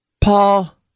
Paul